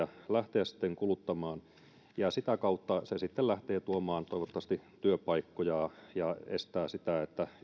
lähtevät kuluttamaan sitä kautta se sitten lähtee tuomaan toivottavasti työpaikkoja ja estää sitä että